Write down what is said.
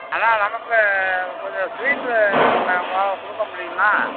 அண்ணா நமக்கு கொஞ்சம் ஸ்வீட்டு வேணும்ண்ணே உங்களால் கொடுக்க முடியுமா